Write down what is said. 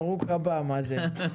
ברוך הבא, מאזן.